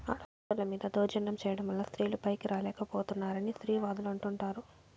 ఆడోళ్ళ మీద దౌర్జన్యం చేయడం వల్ల స్త్రీలు పైకి రాలేక పోతున్నారని స్త్రీవాదులు అంటుంటారు